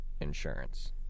insurance